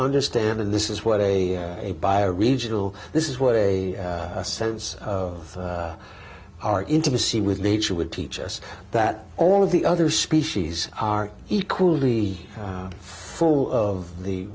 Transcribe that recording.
understand and this is what a a by a regional this is what a sense of our intimacy with nature would teach us that all of the other species are equally full of the